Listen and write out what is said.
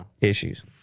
issues